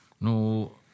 No